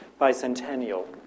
bicentennial